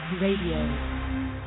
Radio